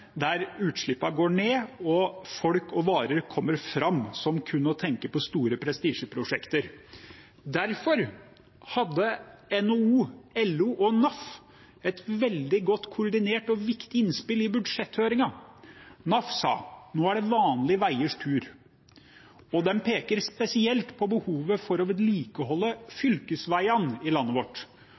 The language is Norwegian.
der utslippene går ned, og folk og varer kommer fram, som kun å tenke på store prestisjeprosjekter. Derfor hadde NHO, LO og NAF et veldig godt koordinert og viktig innspill i budsjetthøringen. NAF sa: Nå er det vanlige veiers tur, og de peker spesielt på behovet for å vedlikeholde fylkesveiene i landet vårt.